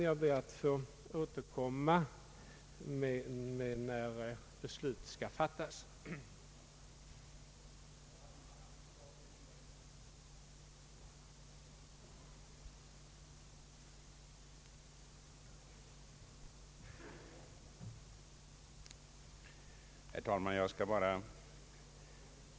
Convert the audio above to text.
Jag yrkar bifall till utskottets hemställan.